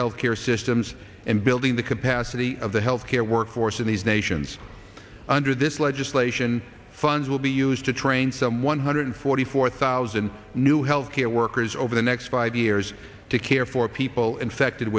health care systems and building the capacity of the health care workforce in these nations under this legislation funds will be used to train some one hundred forty four thousand new health care workers over the next five years to care for people infected